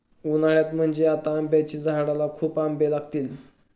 उन्हाळ्यात म्हणजे आता आंब्याच्या झाडाला खूप आंबे लागतील